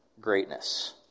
greatness